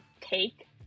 take